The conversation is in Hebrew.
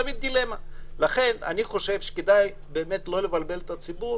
אני חושב שכדאי לא לקבל את הציבור,